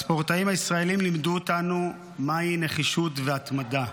הספורטאים הישראלים לימדו אותנו מהי נחישות והתמדה.